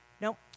nope